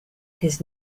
his